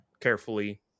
Carefully